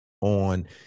on